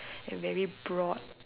and very broad